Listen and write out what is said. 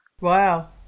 Wow